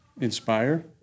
Inspire